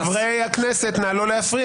חברי הכנסת, נא לא להפריע.